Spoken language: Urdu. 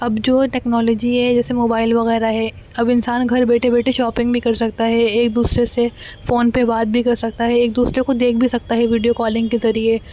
اب جو ٹیکنالوجی ہے جیسے موبائل وغیرہ ہے اب انسان گھر بیٹھے بیٹھے شاپنگ بھی کر سکتا ہے ایک دوسرے سے فون پہ بات بھی کر سکتا ہے ایک دوسرے کو دیکھ بھی سکتا ہے ویڈیو کالنگ کے ذریعے